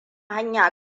hanya